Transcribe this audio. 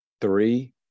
Three